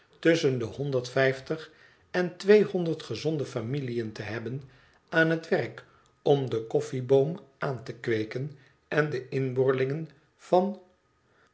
tusschen de honderd vijftig en tweehonderd gezonde familiën te hebben aan het werk om den koffieboom aan te kweeken en de inboorlingen van